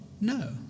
No